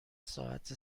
ساعت